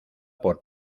por